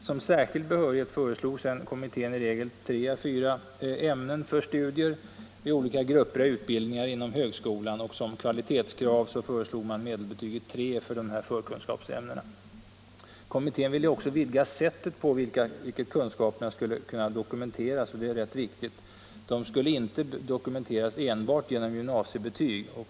Som särskild behörighet föreslog kommittén i regel tre å fyra ämnen för studier vid olika grupper av utbildningen inom högskolan. Som kvalitetskrav föreslog man medelbetyget 3 för dessa förkunskapsämnen. Kommittén ville också vidga sättet på vilket kunskaperna skulle dokumenteras. De behöver inte dokumenteras enbart genom gymnasiebetyg.